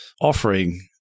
offering